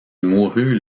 mourut